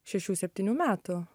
šešių septynių metų